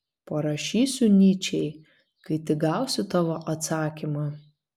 parašysiu nyčei kai tik gausiu tavo atsakymą